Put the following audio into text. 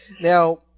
Now